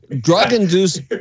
Drug-induced